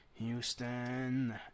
Houston